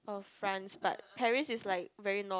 of France but Paris is like very north